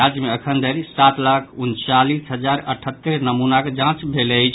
राज्य मे अखनधरि सात लाख उनचालीस हजार अठहत्तरि नमूनाक जांच भेल अछि